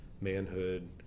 manhood